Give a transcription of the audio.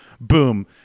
boom